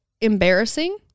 embarrassing